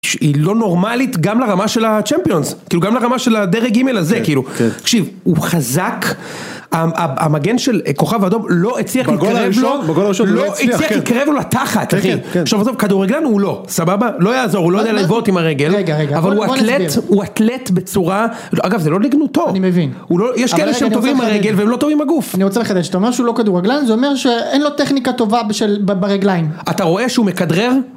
היא לא נורמלית גם לרמה של ה-Champions, כאילו גם לרמה של הדרג ג' הזה, כאילו, תקשיב, הוא חזק, המגן של כוכב אדום לא הצליח להתקרב לו, לא הצליח להתקרב לו לתחת, אחי, כדורגלן הוא לא, סבבה? לא יעזור, הוא לא יודע לבעוט עם הרגל, רגע, רגע, אבל הוא אתלט, הוא אתלט בצורה, אגב, זה לא לגנותו, יש כאלה שהם טובים עם הרגל והם לא טובים עם הגוף, אני רוצה לחדש, אתה אומר שהוא לא כדורגלן, זה אומר שאין לו טכניקה טובה בשל, ברגליים, אתה רואה שהוא מכדרר?